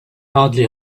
hardly